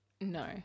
No